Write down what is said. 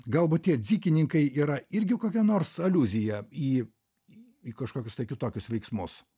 galbūt tie dzykininkai yra irgi kokia nors aliuzija į į kažkokius tai kitokius veiksmus